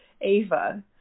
Ava